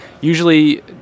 usually